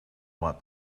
wipe